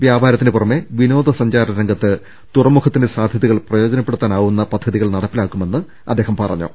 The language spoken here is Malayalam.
വ്യാപാരത്തിന് പുറമെ വിനോദ സഞ്ചാര രംഗത്ത് തുറമുഖത്തിന്റെ സാന്യതകൾ പ്രയോജനപ്പെടുത്താനാവുന്ന പദ്ധതികൾ നടപ്പിലാക്കുമെന്നും അദ്ദേഹം പറഞ്ഞു